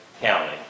County